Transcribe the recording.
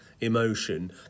emotion